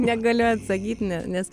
negaliu atsakyt ne nes